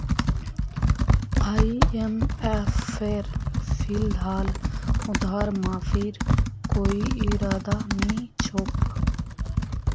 आईएमएफेर फिलहाल उधार माफीर कोई इरादा नी छोक